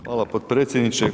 Hvala potpredsjedniče.